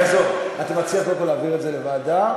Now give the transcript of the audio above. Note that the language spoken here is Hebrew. אתה מציע קודם כול להעביר את זה לוועדה,